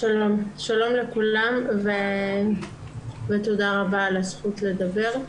שלום לכולם ותודה רבה על הזכות לדבר.